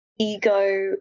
Ego